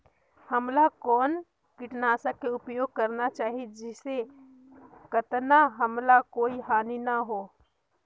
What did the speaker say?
हमला कौन किटनाशक के उपयोग करन चाही जिसे कतना हमला कोई हानि न हो?